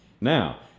now